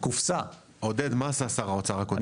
קופסא --- עודד, מה עשה שר האוצר הקודם?